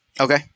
Okay